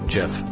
Jeff